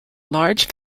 large